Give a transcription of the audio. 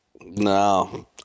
No